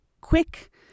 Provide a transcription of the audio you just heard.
quick